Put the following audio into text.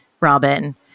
Robin